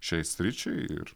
šiai sričiai ir